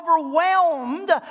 overwhelmed